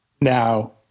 now